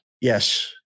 Yes